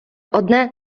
одне